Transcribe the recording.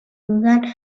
dudan